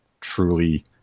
truly